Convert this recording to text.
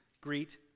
greet